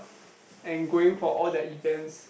and going for all their events